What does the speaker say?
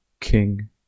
king